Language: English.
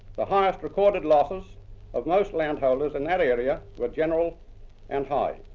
the highest recorded losses of most landholders in that area, were general and hard.